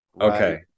okay